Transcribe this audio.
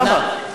למה?